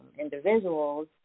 individuals